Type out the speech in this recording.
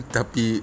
Tapi